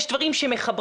יש דברים שמחברים,